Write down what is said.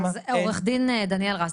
עו"ד דניאל רז,